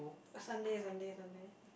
Sunday Sunday Sunday